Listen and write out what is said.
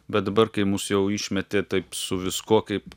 bet dabar kai mus jau išmetė taip su viskuo kaip